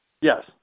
Yes